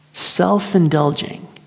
self-indulging